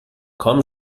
komm